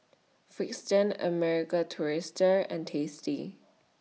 Frixion American Tourister and tasty